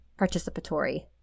participatory